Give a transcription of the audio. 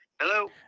hello